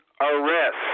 arrest